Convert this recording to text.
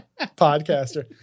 Podcaster